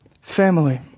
family